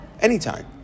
anytime